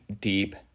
deep